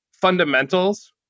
Fundamentals